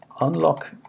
Unlock